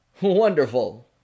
Wonderful